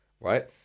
right